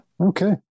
Okay